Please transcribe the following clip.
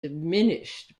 diminished